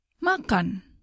Makan